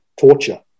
torture